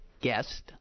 guest